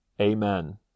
Amen